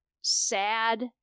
sad